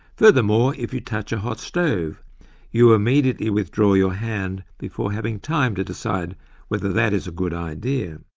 furthermore, if you touch a hot stove you immediately withdraw your hand before having time to decide whether that is a good idea.